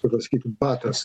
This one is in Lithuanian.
dabar sakytum patos